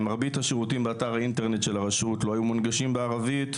מרבית באתר האינטרנט של הרשות לא היו מונגשים בערבית.